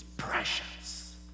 Precious